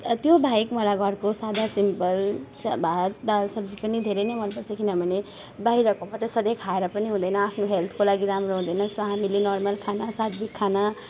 त्यो बाहेक मलाई घरको सादा सिम्पल भात दाल सब्जी पनि धेरै नै मनपर्छ किनभने बाहिरको मात्रै सधैँ खाएर पनि हुँदैन आफ्नो हेल्थको लागि राम्रो हुँदैन सो हामीले नर्मल खाना सात्त्विक खाना